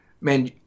man